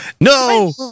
No